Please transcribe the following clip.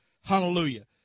Hallelujah